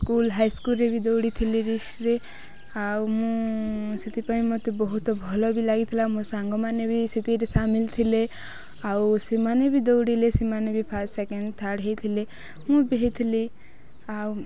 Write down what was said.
school ହାଇସ୍କୁଲ୍ରେ ବି ଦୌଡ଼ିଥିଲି ରେସ୍ରେ ଆଉ ସେଥିପାଇଁ ମୋତେ ବହୁତ ଭଲ ବି ଲାଗିଥିଲା ମୋ ସାଙ୍ଗମାନେ ବି ସେଥିରେ ସାମିଲ୍ ଥିଲେ ଆଉ ସେମାନେ ବି ଦୌଡ଼ିଲେ ସେମାନେ ବି ଫାର୍ଷ୍ଟ ସେକେଣ୍ଡ ଥାର୍ଡ଼ ହୋଇଥିଲେ ମୁଁ ବି ହୋଇଥିଲି ଆଉ